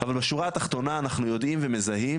אבל בשורה התחתונה אנחנו יודעים ומזהים